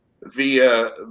via